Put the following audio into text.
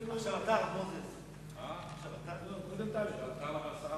הפנים והגנת הסביבה נתקבלה.